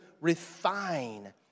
refine